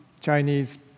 Chinese